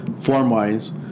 form-wise